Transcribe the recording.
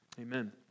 Amen